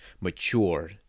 mature